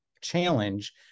challenge